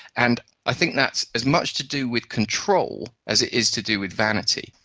and i think that's as much to do with control as it is to do with vanity.